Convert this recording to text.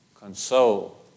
Console